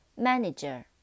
Manager